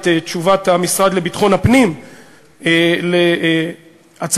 את תשובת המשרד לביטחון הפנים על הצעת